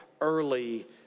early